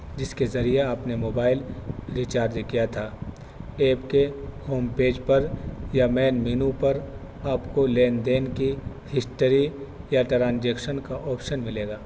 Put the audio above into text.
جس کے ذریعہ آپ نے موبائل ریچارج کیا تھا ایپ کے ہوم پیج پر یا مین مینو پر آپ کو لین دین کی ہسٹری یا ٹرانجیکشن کا آپشن ملے گا